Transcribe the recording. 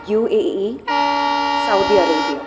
UAE Saudi Arabia